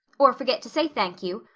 or forget to say thank you.